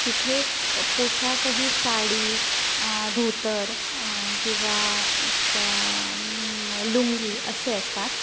तिथे क पोशाख ही साडी धोतर किंवा लुंगी असे असतात